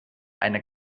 eine